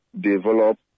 develop